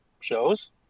shows